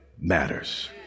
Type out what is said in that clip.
matters